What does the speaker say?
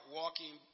walking